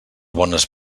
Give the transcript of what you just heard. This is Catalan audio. bones